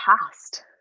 past